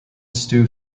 stu